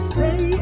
Stay